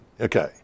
okay